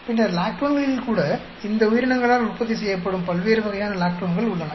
பின்னர் லாக்டோன்களில் கூட இந்த உயிரினங்களால் உற்பத்தி செய்யப்படும் பல்வேறு வகையான லாக்டோன்கள் உள்ளன